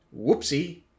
Whoopsie